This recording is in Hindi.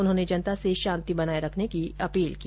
उन्होने जनता से शांति बनाये रखने की अपील की